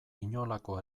inolako